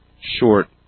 short